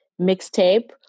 mixtape